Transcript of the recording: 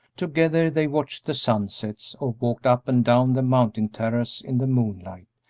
together they watched the sunsets or walked up and down the mountain terrace in the moonlight,